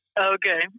okay